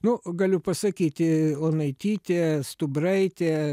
nu galiu pasakyti onaitytė stubraitė